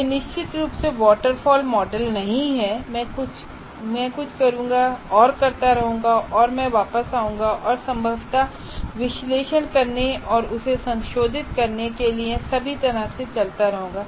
यह निश्चित रूप से वाटरफॉल मॉडल नहीं है मैं कुछ करूंगा और करता रहूंगा और मैं वापस आऊंगा और संभवत विश्लेषण करने और उसे संशोधित करने के लिए सभी तरह से चलता रहूंगा